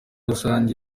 rusange